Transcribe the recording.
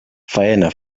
faena